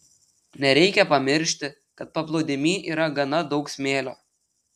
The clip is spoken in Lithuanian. nereikia pamiršti kad paplūdimy yra gana daug smėlio